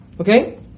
Okay